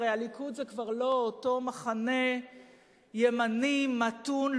הרי הליכוד זה כבר לא אותו מחנה ימני מתון,